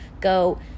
go